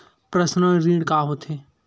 Personal ऋण का होथे?